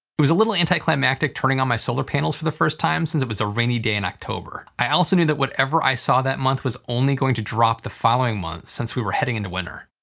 it was a little anti-climactic turning on my solar panels for the first time since it was a rainy day in october. i also knew whatever i saw that month was only going to drop the following month since we were heading into winter.